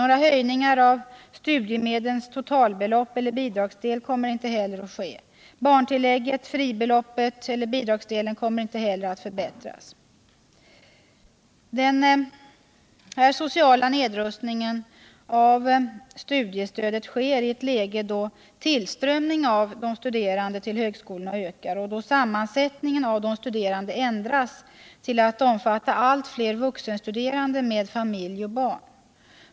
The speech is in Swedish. Några höjningar av studiemedlens totalbelopp eller bidragsdel kommer inte att ske. Barntillägget, fribeloppet och bidragsdelen kommer inte heller att förbättras osv. Denna sociala nedrustning av studiestödet sker i ett läge, då tillströmningen av studerande till högskolorna ökar och då sammansättningen av de studerande ändras till att omfatta allt fler vuxenstuderande med familj och barn.